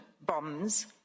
bombs